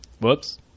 Whoops